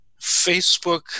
Facebook